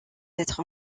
être